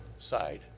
side